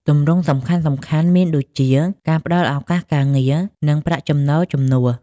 ទម្រង់សំខាន់ៗមានដូចជា ការផ្តល់ឱកាសការងារ និងប្រាក់ចំណូលជំនួស។